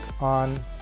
on